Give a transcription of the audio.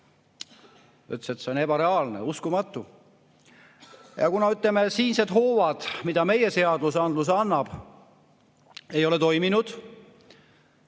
et see on ebareaalne, uskumatu. Kuna siinsed hoovad, mida meie seadusandlus annab, ei ole toiminud,